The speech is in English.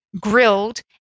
grilled